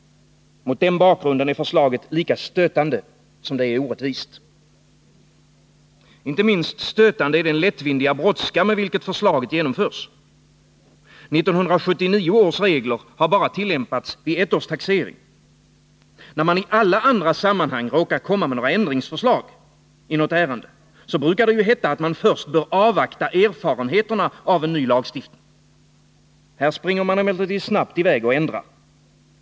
Mot den bakgrunden är förslaget lika stötande som orättvist. Inte minst stötande är den lättvindiga brådska med vilken förslaget genomförs. 1979 års regler har tillämpats bara för ett års taxering. När man i alla andra sammanhang råkar komma med förslag till ändringar i något ärende brukar det heta att man först bör avvakta erfarenheterna av en ny lagstiftning. Här springer man emellertid snabbt i väg och ändrar.